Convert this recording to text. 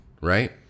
right